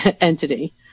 entity